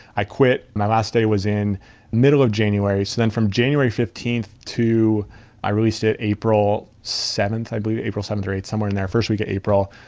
i quit. my last day was in the middle of january. so then from january fifteenth to i released it april seventh, i believe, april seventh or eighth, somewhere in there. first week of april.